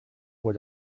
what